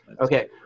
Okay